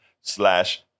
slash